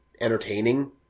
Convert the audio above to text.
entertaining